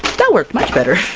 that worked much better!